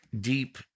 deep